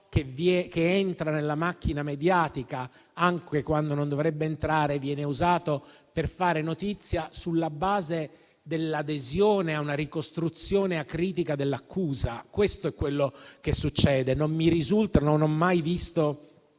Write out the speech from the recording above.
che entra nella macchina mediatica, anche quando non dovrebbe entrarci, viene usato per fare notizia sulla base dell'adesione a una ricostruzione acritica dell'accusa. Questo è quello che succede. Non mi risulta di aver mai visto